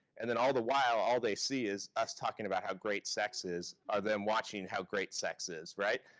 and then all the while, all they see is us talking about how great sex is, or them watching how great sex is, right?